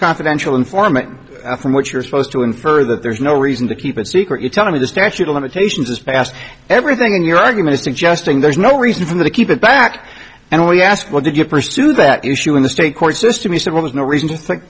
confidential informant from what you're supposed to infer that there's no reason to keep it secret you tell me the statute of limitations has passed everything in your argument suggesting there's no reason for me to keep it back and we asked what did you pursue that issue in the state court system he said well there's no reason to